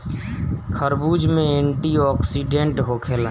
खरबूज में एंटीओक्सिडेंट होखेला